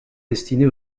destinée